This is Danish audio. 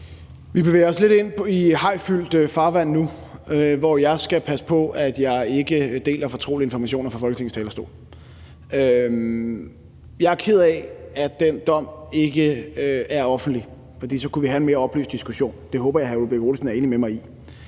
Vi bevæger os lidt ind i hajfyldt farvand nu, hvor jeg skal passe på, at jeg ikke deler fortrolige informationer fra Folketingets talerstol. Jeg er ked af, at den dom ikke er offentlig, for så kunne vi have en mere oplyst diskussion. Det håber jeg hr. Ole Birk Olesen er enig med mig i.